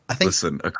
listen